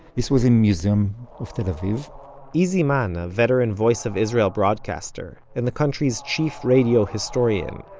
this was in museum of tel aviv izi mann, a veteran voice of israel broadcaster, and the country's chief radio historian,